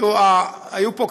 היו פה,